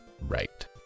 right